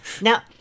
Now